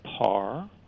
par